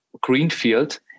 greenfield